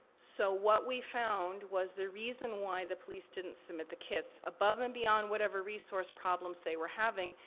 so, what we found, was the reason why the police didn't submit the kits, above and beyond whatever resource problems they were having,